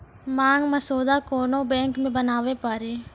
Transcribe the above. मांग मसौदा कोन्हो बैंक मे बनाबै पारै